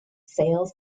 sales